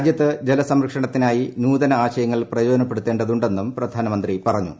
രാജ്യത്ത് ജലസംരക്ഷണത്തിനായ് നൂതന ആശയങ്ങൾ പ്രയോജനപ്പെടുത്തേണ്ടതുണ്ടെന്നും പ്രധാനമന്ത്രി പറഞ്ഞു